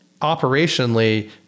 operationally